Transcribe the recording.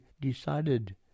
decided